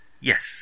Yes